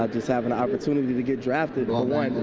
ah have an opportunity to get drafted all white.